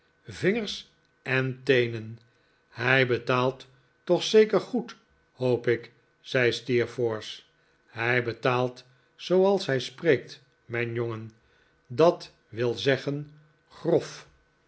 vingers en teenen hij betaalt toch zeker goed hoop ik zei steerforth hij betaalt zooals hij spreekt mijn jongen dat wil zeggen grof